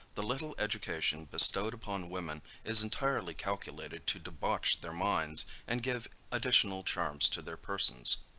the little education bestowed upon women, is entirely calculated to debauch their minds and give additional charms to their persons.